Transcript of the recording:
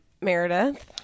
Meredith